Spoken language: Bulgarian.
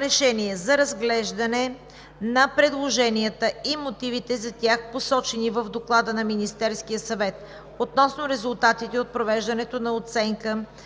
решение за разглеждане на предложенията и мотивите за тях, посочени в доклада на Министерския съвет относно резултатите от провеждането на оценка